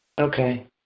Okay